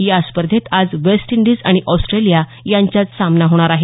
या स्पर्धेत आज वेस्टइंडिज आणि ऑस्ट्रेलिया यांच्यात सामना होणार आहे